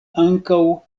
ankaŭ